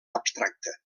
abstracte